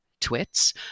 twits